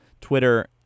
Twitter